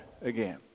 again